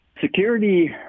security